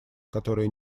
которые